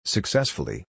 Successfully